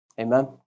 Amen